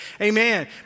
Amen